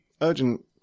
urgent